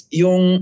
yung